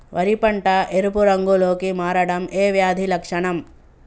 వరి పంట ఎరుపు రంగు లో కి మారడం ఏ వ్యాధి లక్షణం?